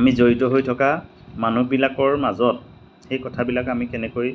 আমি জড়িত হৈ থকা মানুহবিলাকৰ মাজত সেই কথাবিলাক আমি কেনেকৈ